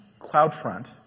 CloudFront